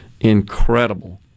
incredible